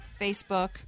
Facebook